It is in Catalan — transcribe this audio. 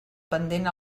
pendent